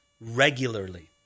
regularly